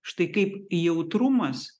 štai kaip jautrumas